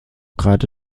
gerade